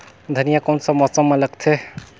धनिया कोन सा मौसम मां लगथे?